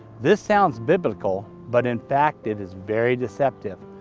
this sounds biblical, but in fact it is very deceptive.